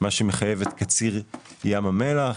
מה שמחייב את קציר ים המלח.